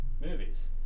movies